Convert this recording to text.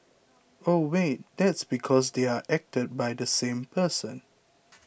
oh wait that's because they're acted by the same person